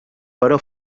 però